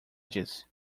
disse